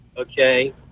okay